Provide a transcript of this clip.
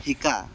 শিকা